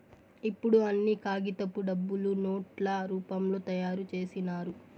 ఇప్పుడు అన్ని కాగితపు డబ్బులు నోట్ల రూపంలో తయారు చేసినారు